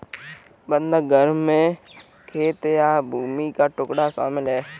बंधक में घर या खेत की भूमि का टुकड़ा शामिल है